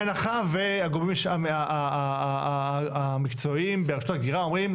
בהנחה והגורמים המקצועיים ברשות ההגירה אומרים,